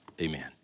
amen